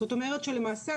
זאת אומרת שמעשה,